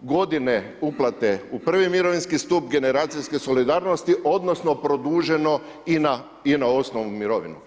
godine uplate u prvi mirovinski stup generacijske solidarnosti odnosno produženo i na osnovnu mirovinu.